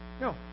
No